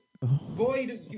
Boy